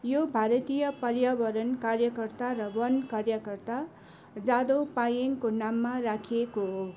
यो भारतीय पर्यावरण कार्यकर्ता र वन कार्यकर्ता जादव पायेङको नाममा राखिएको हो